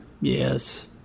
Yes